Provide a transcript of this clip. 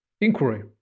inquiry